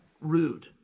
rude